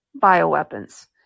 bioweapons